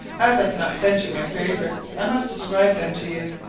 as i cannot send you my favourites, i must describe them to you.